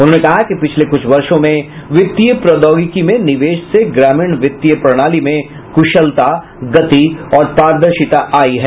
उन्होंने कहा कि पिछले कुछ वर्षो में वित्तीय प्रौद्योगिकी में निवेश से ग्रामीण वित्तीय प्रणाली में कुशलता गति और पारदर्शिता आयी है